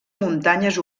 muntanyes